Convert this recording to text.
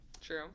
True